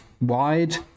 wide